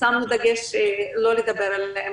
שמנו דגש לא לדבר עליהן.